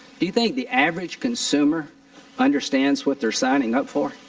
do you think the average consumer understands what they are signing up for?